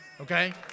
Okay